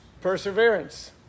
Perseverance